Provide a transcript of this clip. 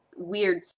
weird